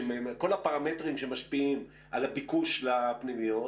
כל הפרמטרים שמשפיעים על הביקוש לפנימיות,